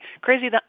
Crazy